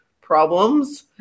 problems